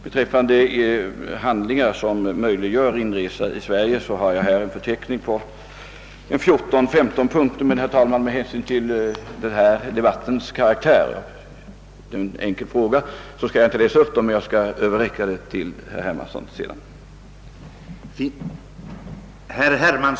Beträffande handlingar som möjliggör inresa till Sverige har jag här en förteckning omfattande 14—15 punkter, men med hänsyn till denna debatts karaktär — svar på en enkel fråga — skall jag inte läsa upp den förteckningen utan överlämnar den till herr Hermansson senare.